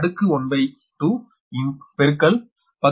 0212 10